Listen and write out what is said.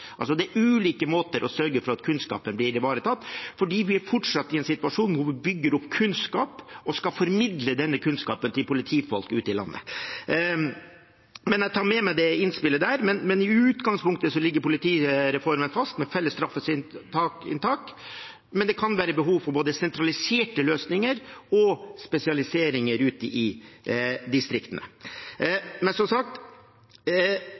Altså: Det er ulike måter å sørge for at kunnskapen blir ivaretatt, fordi vi er fortsatt i en situasjon hvor vi bygger opp kunnskap og skal formidle denne kunnskapen til politifolk ute i landet. Men jeg tar med meg dette innspillet. I utgangspunktet ligger politireformen fast med felles straffesaksinntak, men det kan være behov for både sentraliserte løsninger og spesialiseringer ute i distriktene. Men som sagt: